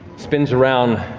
spins around,